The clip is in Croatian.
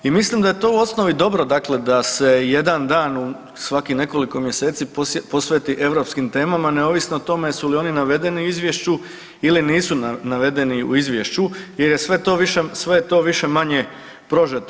I mislim da je to u osnovi dobro dakle da se jedan dan u svakih nekoliko mjeseci posveti europskim temama neovisno o tome jesu li oni navedeni u izvješću ili nisu navedeni u izvješću jer je sve to više-manje prožeto.